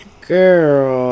Girl